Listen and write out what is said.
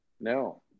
No